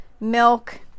milk